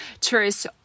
tourists